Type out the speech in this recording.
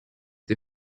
the